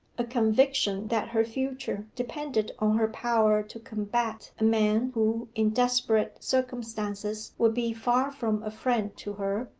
a conviction that her future depended on her power to combat a man who, in desperate circumstances, would be far from a friend to her,